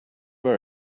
our